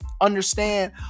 understand